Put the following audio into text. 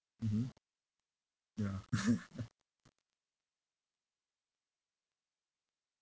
mmhmm ya